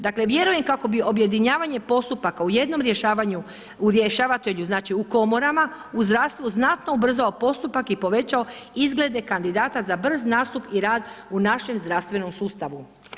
Dakle, vjerujem kako bi objedinjavanje postupaka u jednom rješavanju, u rješavatelju, znači u komorama u zdravstvu znatno ubrzao postupak i povećao izglede kandidata za brz nastup i rad u našem zdravstvenom sustavu.